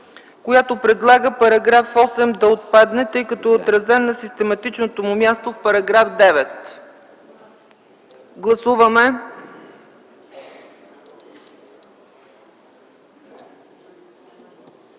която предлага § 8 да отпадне, тъй като е отразен на систематичното му място в § 9. Гласували